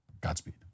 Godspeed